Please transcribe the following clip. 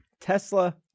Tesla